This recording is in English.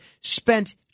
spent